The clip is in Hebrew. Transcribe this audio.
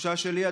התחושה שלי היא,